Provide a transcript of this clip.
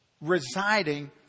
residing